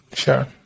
Sure